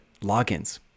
logins